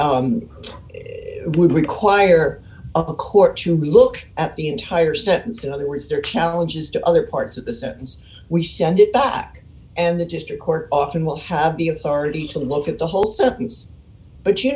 that would require a court to look at the entire sentence in other words there are challenges to other parts of the sentence we send it back and the district court often will have the authority to look at the whole